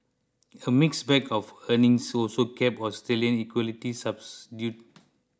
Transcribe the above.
a mixed bag of earnings also kept Australian equities subdued